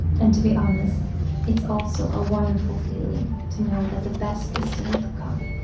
and to be honest it's also a wonderful feeling to know that the best is still to come